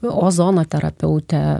ozono terapeutė